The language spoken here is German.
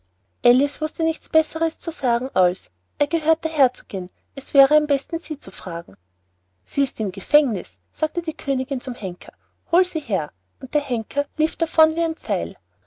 alice wußte nichts besseres zu sagen als er gehört der herzogin es wäre am besten sie zu fragen sie ist im gefängnis sagte die königin zum henker hole sie her und der henker lief davon wie ein pfeil